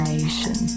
Nation